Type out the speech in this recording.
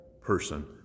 person